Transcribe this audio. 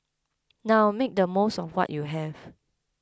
now make the most of what you have